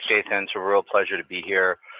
jason. it's a real pleasure to be here.